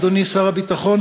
אדוני שר הביטחון,